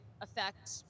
affect